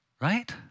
right